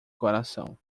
coração